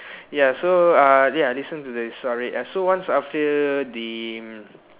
ya so uh ya listen to the story uh so once after the mm